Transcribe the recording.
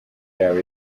yabo